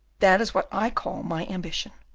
that is what i call my ambition.